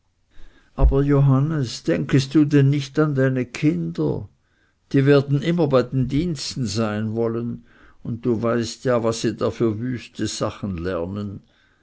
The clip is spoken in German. aber johannes denkest du denn nicht an deine kinder die werden immer bei den diensten sein wollen und du weißt ja was sie da für wüste sachen lernen